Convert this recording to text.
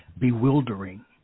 bewildering